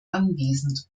anwesend